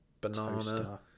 banana